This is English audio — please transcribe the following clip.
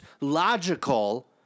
logical